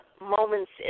moments